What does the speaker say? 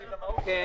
אתה לא יכול להצביע.